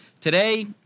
today